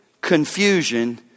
confusion